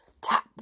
tap